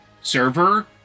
server